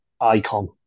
icon